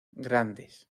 grandes